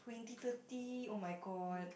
twenty thirty oh my god